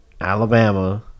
Alabama